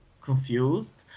confused